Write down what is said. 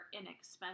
inexpensive